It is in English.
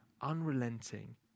unrelenting